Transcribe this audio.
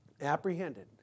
apprehended